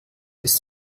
bist